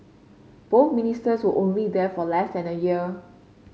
both Ministers were only there for less than a year